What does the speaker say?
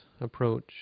approach